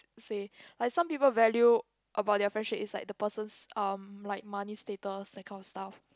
say like some people value about their friendship is like the person's um like money status that kind of stuff